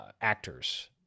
Actors